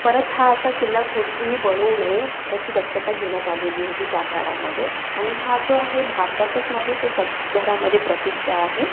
परत हा असा किल्ला कुठेही बनवू नये याची दक्षता घेण्यात आलेली होती त्या काळामध्ये आणि हा जो आहे भारतातच नव्हे तर जगभरामध्ये प्रसिद्ध आहे